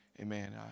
amen